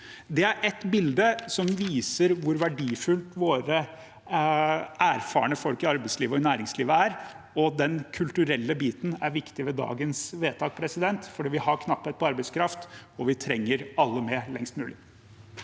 Det er et bilde som viser hvor verdifulle våre erfarne folk i arbeidslivet og næringslivet er, og den kulturelle biten er viktig ved dagens vedtak. Vi har knapphet på arbeidskraft, og vi trenger alle med lengst mulig.